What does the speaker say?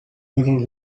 little